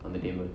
on the table